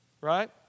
Right